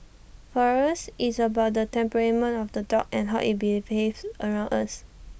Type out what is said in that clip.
for us IT is about the temperament of the dog and how IT behaves around us